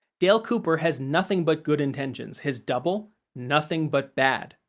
dale cooper has nothing but good intentions. his double? nothing but bad.